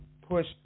push